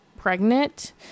pregnant